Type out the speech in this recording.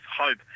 hope